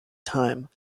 time